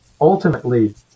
ultimately